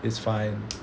it's fine